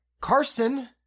Carson